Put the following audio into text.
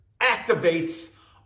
activates